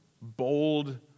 bold